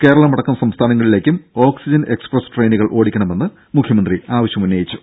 കേരളമടക്കം സംസ്ഥാനങ്ങളിലേക്കും oxygen express ട്രെയിനുകൾ ഓടിക്കണമെന്നും മുഖ്യമന്ത്രി ആവശ്യം ഉന്നയിച്ചു